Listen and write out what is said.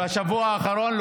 בשבוע האחרון,